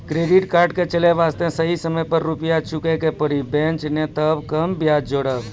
Credit card के चले वास्ते सही समय पर रुपिया चुके के पड़ी बेंच ने ताब कम ब्याज जोरब?